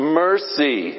mercy